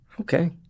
Okay